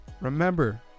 remember